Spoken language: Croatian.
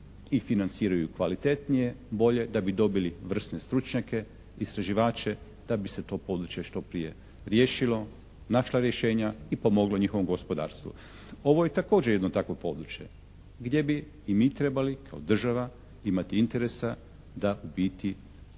i financiraju kvalitetnije, bolje da bi dobili vrsne stručnjake, istraživače, da bi se to područje što prije riješilo, našla rješenja i pomoglo njihovom gospodarstvu. Ovo je također jedno takvo područje gdje bi i mi trebali kao država imati interesa da u biti